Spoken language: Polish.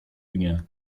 dnie